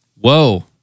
Whoa